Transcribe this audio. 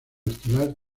estelar